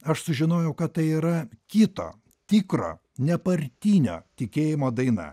aš sužinojau kad tai yra kito tikro nepartinio tikėjimo daina